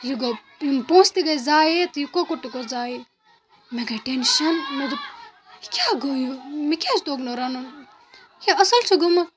یہِ گوٚو یِم پونٛسہٕ تہِ گٔے زایے تہٕ یہِ کۄکُر تہِ گوٚو زایہِ مےٚ گٔے ٹٮ۪نشَن مےٚ دوٚپ یہِ کیٛاہ گوٚو یہِ مےٚ کیٛازِ توٚگ نہٕ رَنُن یہِ اَصٕل چھِ گوٚمُت